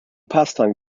pastime